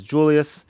Julius